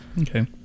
okay